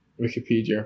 Wikipedia